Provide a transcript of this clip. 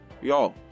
Yo